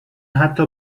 حتی